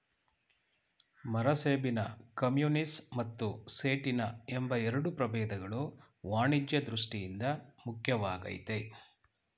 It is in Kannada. ಮರಸೇಬಿನ ಕಮ್ಯುನಿಸ್ ಮತ್ತು ಸೇಟಿನ ಎಂಬ ಎರಡು ಪ್ರಭೇದಗಳು ವಾಣಿಜ್ಯ ದೃಷ್ಠಿಯಿಂದ ಮುಖ್ಯವಾಗಯ್ತೆ